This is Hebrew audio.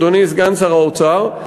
אדוני סגן שר האוצר,